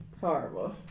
Horrible